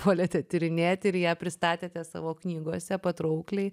puolėte tyrinėti ir ją pristatėte savo knygose patraukliai